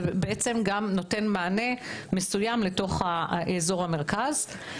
בעצם גם נותן מענה מסוים לתוך אזור המרכז.